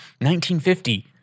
1950